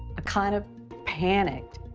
ah kind of panicked.